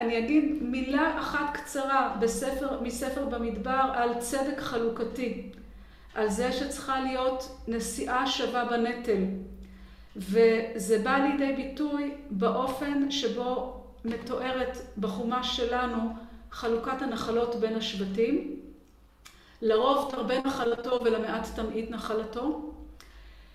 אני אגיד מילה אחת קצרה, בספר, מספר במדבר, על צדק חלוקתי. על זה שצריכה להיות נשיאה שווה בנטל. וזה בא לידי ביטוי באופן שבו מתוארת בחומ"ש שלנו חלוקת הנחלות בין השבטים. לרוב תרבה נחלתו ולמעט תמעיט נחלתו.